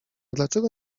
dlaczego